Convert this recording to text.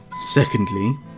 Secondly